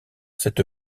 cette